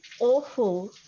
awful